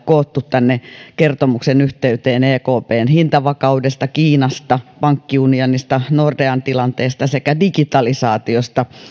koottu tänne kertomuksen yhteyteen näitä hyvin kiinnostavia erityisteemoja ekpn hintavakaudesta kiinasta pankkiunionista nordean tilanteesta sekä digitalisaatiosta